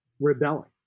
rebelling